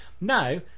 Now